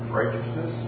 righteousness